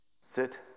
sit